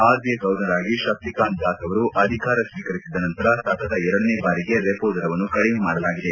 ಆರ್ಐಿ ಗವರ್ನರ್ಆಗಿ ಶಕ್ತಿಕಾಂತ್ ದಾಸ್ ಅವರು ಅಧಿಕಾರ ಸ್ವೀಕರಿಸಿದ ನಂತರ ಸತತ ಎರಡನೆಯ ಬಾರಿಗೆ ರೆಪೊ ದರವನ್ನು ಕಡಿಮೆ ಮಾಡಲಾಗಿದೆ